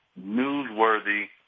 newsworthy